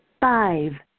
five